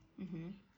mmhmm